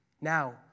Now